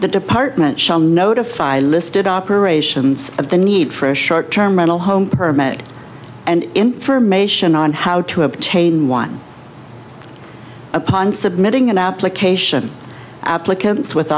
the department shall notify listed operations of the need for a short term rental home permit and information on how to obtain one upon submitting an application applicants with